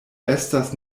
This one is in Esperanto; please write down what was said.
estas